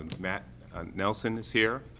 matt nelson, is here.